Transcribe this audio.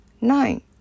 nine